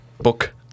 book